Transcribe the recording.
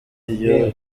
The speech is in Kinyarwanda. ibyo